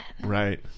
Right